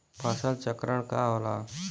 फसल चक्रण का होला?